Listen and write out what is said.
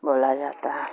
بولائے جاتا ہیں